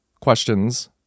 questions